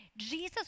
Jesus